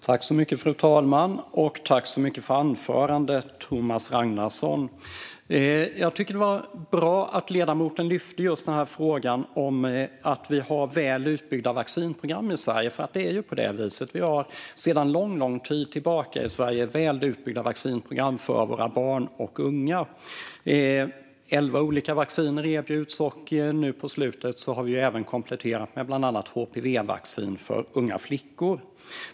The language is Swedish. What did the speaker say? Fru talman! Tack så mycket för anförandet, Thomas Ragnarsson! Jag tycker att det var bra att ledamoten lyfte frågan om att vi har väl utbyggda vaccinprogram i Sverige, för det är på det viset. Vi har sedan lång tid tillbaka i Sverige väl utbyggda vaccinprogram för våra barn och unga. Elva olika vacciner erbjuds, och nu på slutet har vi även kompletterat med bland annat hpv-vaccin för unga flickor.